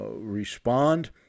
respond